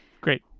Great